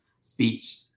speech